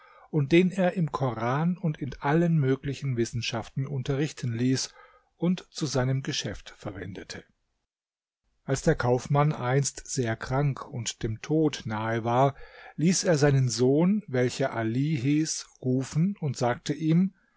und den er im koran und in allen möglichen wissenschaften unterrichten ließ und zu seinem geschäft verwendete als der kaufmann einst sehr krank und dem tod nahe war ließ er seinen sohn welcher ali hieß rufen und sagte ihm